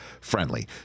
friendly